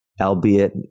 albeit